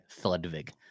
Thudvig